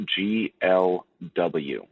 GLW